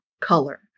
color